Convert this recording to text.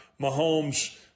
Mahomes